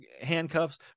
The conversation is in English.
handcuffs